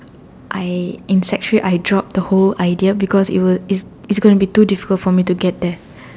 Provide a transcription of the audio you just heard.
I in sec three I dropped the whole idea because its too difficult for me to get there